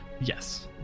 Yes